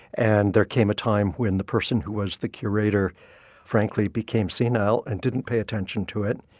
and there came a time when the person who was the curator frankly became senile and didn't pay attention to it.